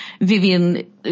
Vivian